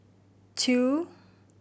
two